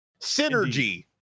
synergy